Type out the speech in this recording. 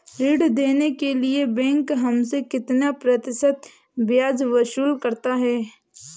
ऋण देने के लिए बैंक हमसे कितना प्रतिशत ब्याज वसूल करता है?